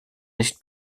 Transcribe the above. nicht